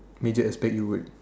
major aspect you would